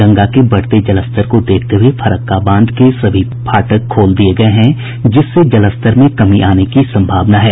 गंगा के बढ़ते जलस्तर को देखते हुए फरक्का बांध के सभी फाटक खोल दिये गये है जिससे जलस्तर में कमी आने की संभावना है